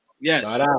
Yes